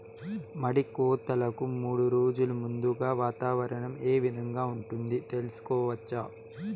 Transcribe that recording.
మడి కోతలకు మూడు రోజులు ముందుగా వాతావరణం ఏ విధంగా ఉంటుంది, తెలుసుకోవచ్చా?